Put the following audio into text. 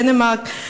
דנמרק,